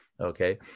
Okay